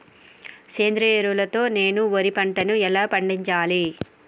సేంద్రీయ ఎరువుల తో నేను వరి పంటను ఎలా పండించాలి?